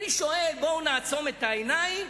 אני שואל: בואו נעצום את העיניים,